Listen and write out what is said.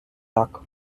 так